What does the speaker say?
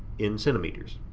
in centimeters.